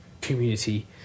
community